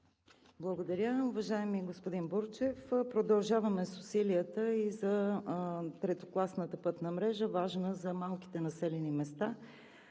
Благодаря. Уважаеми господин Бурджев, продължаваме с усилията и за третокласната пътна мрежа, важна за малките населени места.